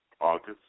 August